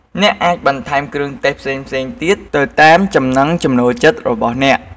អ្នកអាចបន្ថែមគ្រឿងទេសផ្សេងៗទៀត ទៅតាមចំណងចំណូលចិត្តរបស់អ្នក។